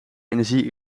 energie